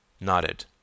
nodded